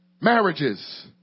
Marriages